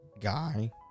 guy